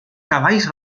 cavalls